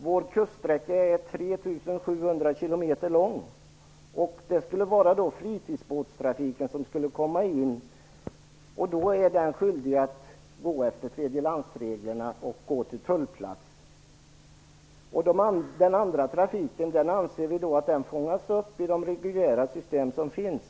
Vår kuststräcka är 3 700 km lång. Det skulle då vara fritidsbåtstrafiken som skulle komma in, vilken är skyldig att följa tredjelandsreglerna och gå till tullplats. Vi anser att övrig trafik fångas upp i de reguljära system som finns.